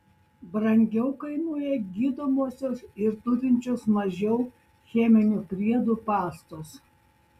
brangiau kainuoja gydomosios ir turinčios mažiau cheminių priedų pastos